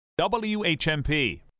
WHMP